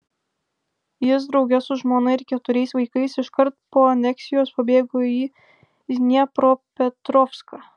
jis drauge su žmona ir keturiais vaikais iškart po aneksijos pabėgo į dniepropetrovską